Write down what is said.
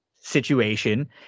Situation